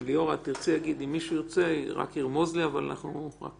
מישהו ירצה להגיד שרק ירמוז לי אבל אנחנו עם